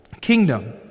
kingdom